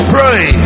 Pray